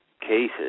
cases